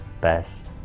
best